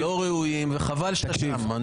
שווה שתגיד פה שהדברים האלה לא מקובלים עליך.